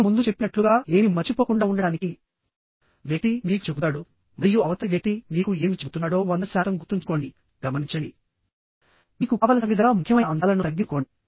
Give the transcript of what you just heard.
నేను ముందు చెప్పినట్లుగా ఏమి మర్చిపోకుండా ఉండటానికి వ్యక్తి మీకు చెబుతాడు మరియు అవతలి వ్యక్తి మీకు ఏమి చెబుతున్నాడో 100 శాతం గుర్తుంచుకోండి గమనించండి మీకు కావలసిన విధంగా ముఖ్యమైన అంశాలను తగ్గించుకోండి